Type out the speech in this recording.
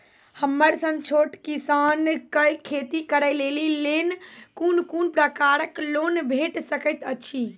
हमर सन छोट किसान कअ खेती करै लेली लेल कून कून प्रकारक लोन भेट सकैत अछि?